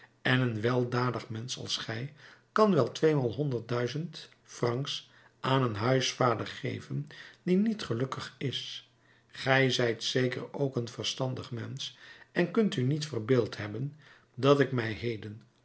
en een weldadig mensch als gij kan wel tweemaal honderd duizend francs aan een huisvader geven die niet gelukkig is gij zijt zeker ook een verstandig mensch en kunt u niet verbeeld hebben dat ik mij heden